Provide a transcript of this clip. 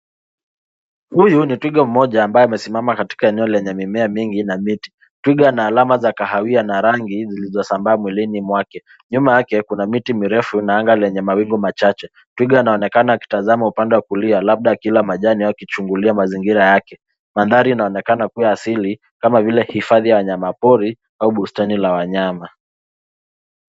Huyu ni twiga mmoja, ambaye amesimama katika eneo lenye mimea mingi na miti. Twiga alama za kahawia, na rangi, zilizosambaa mwilini mwake. Nyuma yake, kuna miti mirefu na anga lenye mawingu machache. Twiga anaonekana akitazama upande wa kulia, labda akila majani au akichungulia mazingira yake. Mandhari inaonekana kuwa asili, kama vile hifadhi ya wanyama pori, au bustani la wanyama.